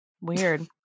weird